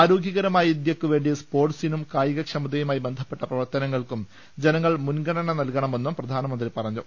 ആരോ ഗ്യകരമായ ് ഇന്ത്യക്കുവേണ്ടി സ്പോർട്സിനും കായിക ക്ഷമത യുമായി ബന്ധപ്പെട്ട പ്രവർത്തനങ്ങൾക്കും ജനങ്ങൾ മുൻഗണന നൽകണമെന്നും പ്രധാനമന്ത്രി പറഞ്ഞു